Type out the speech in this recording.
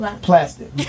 plastic